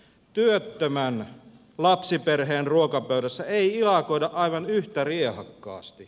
työttömän lapsiperheen ruokapöydässä ei ilakoida aivan yhtä riehakkaasti